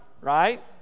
Right